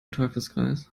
teufelskreis